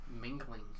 mingling